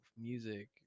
music